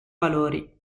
valori